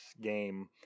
game